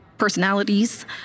personalities